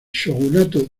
shogunato